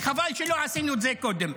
וחבל שלא עשינו את זה קודם.